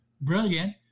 brilliant